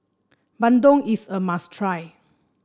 bandung is a must try